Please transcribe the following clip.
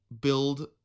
build